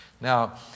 Now